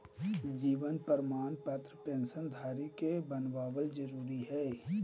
जीवन प्रमाण पत्र पेंशन धरी के बनाबल जरुरी हइ